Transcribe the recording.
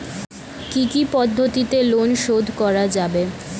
কি কি পদ্ধতিতে লোন শোধ করা যাবে?